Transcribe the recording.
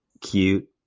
cute